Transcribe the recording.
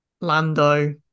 Lando